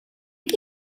chi